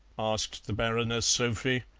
asked the baroness sophie,